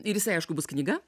ir jisai aišku bus knyga